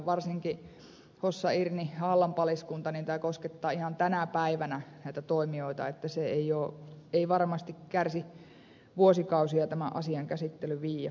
varsinkin hossa irnin ja hallan paliskunnissa tämä koskettaa ihan tänä päivänä näitä toimijoita että ei varmasti kärsi vuosikausia tämän asian käsittelyn viedä